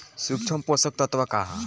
सूक्ष्म पोषक तत्व का ह?